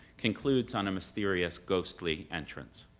concludes on a mysterious, ghostly entrance.